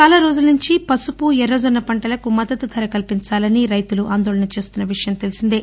చాలా రోజుల నుండి పసుపు ఎర్రజొన్న పంటలకు మద్దతు దర కల్పించాలని రైతులు ఆందోళన చేస్తున్న విషయం తెలిసిందే